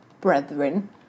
brethren